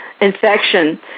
infection